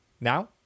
now